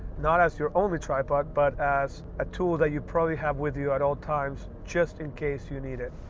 not as your only tripod, but as a tool that you probably have with you at all times, just in case you need it.